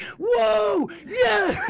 wow? yeah,